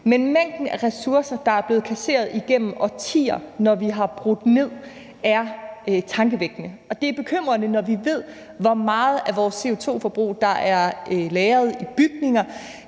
Men mængden af ressourcer, der er blevet kasseret igennem årtier, når vi har brudt ned, er tankevækkende, og det er bekymrende, når vi ved, hvor meget af vores CO2-forbrug, der er lagret i bygninger,